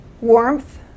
Warmth